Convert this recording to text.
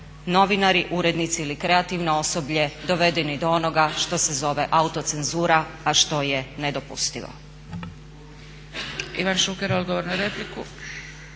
novinari, urednici ili kreativno osoblje dovedeni do onoga što se zove autocenzura a što je nedopustivo.